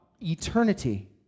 eternity